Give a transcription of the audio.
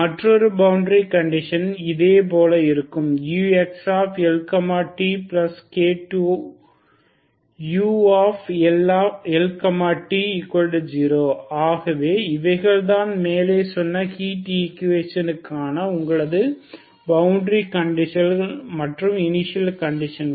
மற்றொரு கண்டிஷன் இதே போல இருக்கும் uxLtk2uLt0 ஆகவே இவைகள் தான் மேலே சொன்ன ஹீட் ஈக்குவேஷனுக்கான உங்களது பவுண்டரி கண்டிஷன்கள் மற்றும் இனிசியல் கண்டிஷன்கள்